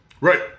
Right